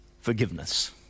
forgiveness